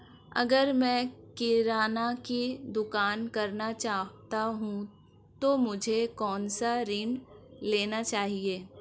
अगर मैं किराना की दुकान करना चाहता हूं तो मुझे कौनसा ऋण लेना चाहिए?